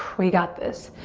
we got this.